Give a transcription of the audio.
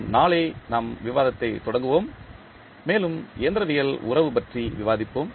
நாம் நாளை நம் விவாதத்தைத் தொடருவோம் மேலும் இயந்திரவியல் உறவு பற்றி விவாதிப்போம்